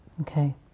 Okay